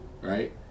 Right